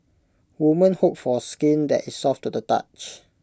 women hope for skin that is soft to the touch